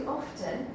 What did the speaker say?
often